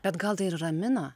bet gal tai ir ramina